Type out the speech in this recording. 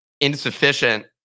insufficient